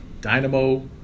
Dynamo